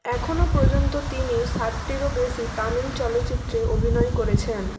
এখনও পর্যন্ত তিনি ষাটটিরও বেশি তামিল চলচ্চিত্রে অভিনয় করেছেন